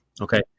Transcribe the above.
okay